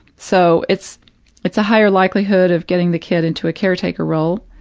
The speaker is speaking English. so it's it's a higher likelihood of getting the kid into a caretaker role,